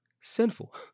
sinful